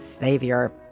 Savior